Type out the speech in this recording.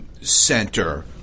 center